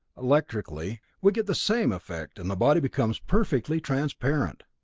electrically, we get the same effect and the body becomes perfectly transparent.